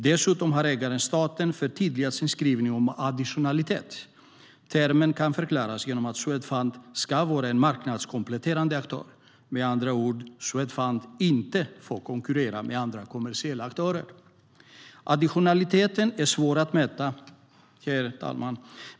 Dessutom har ägaren, staten, förtydligat sin skrivning om additionalitet. Termen kan förklaras genom att Swedfund ska vara en marknadskompletterande aktör. Med andra ord får Swedfund inte konkurrera med andra kommersiella aktörer. Additionaliteten är svår att mäta, herr talman.